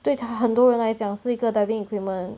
对他很多人来讲是一个 diving equipment